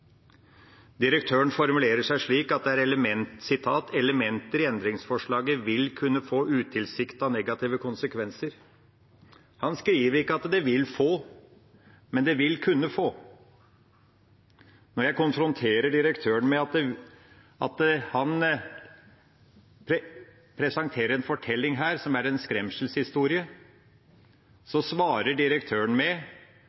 Direktøren formulerer seg slik: «Elementer i endringsforslag vil kunne få utilsiktede negative konsekvenser …». Han skriver ikke at det vil få, men det «vil kunne få». Når jeg konfronterer direktøren med at han presenterer en fortelling her som er en skremselshistorie,